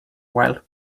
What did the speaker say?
wild